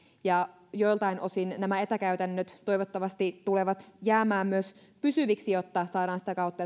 ja joiltain osin nämä etäkäytännöt toivottavasti tulevat jäämään myös pysyviksi jotta saadaan sitä kautta